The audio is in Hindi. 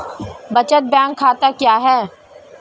बचत बैंक खाता क्या है?